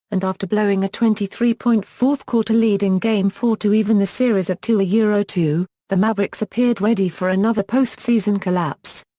and after blowing a twenty three point fourth-quarter lead in game four to even the series at two yeah two, the mavericks appeared ready for another postseason collapse.